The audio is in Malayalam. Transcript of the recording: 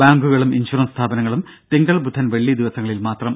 ബാങ്കുകളും ഇൻഷുറൻസ് സ്ഥാപനങ്ങളും തിങ്കൾ ബുധൻ വെള്ളി ദിവസങ്ങളിൽ മാത്രം